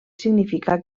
significa